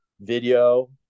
video